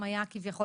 זה כרגע ריק.